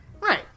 Right